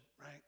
right